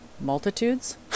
multitudes